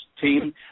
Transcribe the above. team